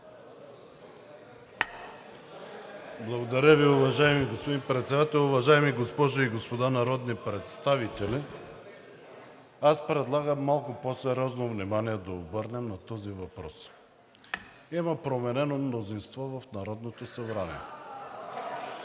Благодаря Ви, уважаеми господин Председател. Уважаеми госпожи и господа народни представители! Аз предлагам малко по-сериозно внимание да обърнем на този въпрос. Има променено мнозинство в Народното събрание.